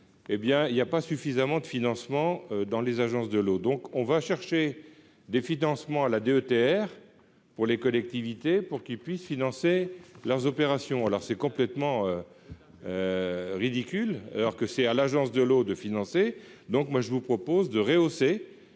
hé bien il y a pas suffisamment de financements dans les agences de l'eau, donc on va chercher des financements à la DETR pour les collectivités pour qu'il puisse financer leurs opérations alors c'est complètement ridicule, alors que c'est à l'agence de l'eau, de financer, donc moi je vous propose de rehausser